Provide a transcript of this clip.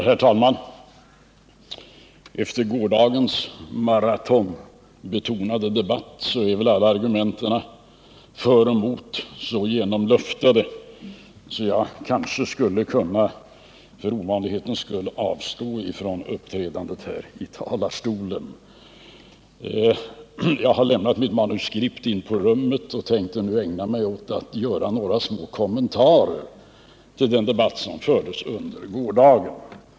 Herr talman! Efter gårdagens maratonbetonade debatt är väl alla argument för och emot så genomluftade att jag kanske skulle kunna, för ovanlighetens skull, avstå från uppträdandet här i talarstolen. Jag har lämnat mitt manuskript kvar inne på rummet och tänkte nu ägna mig åt att göra några små kommentarer till den debatt som fördes under gårdagen.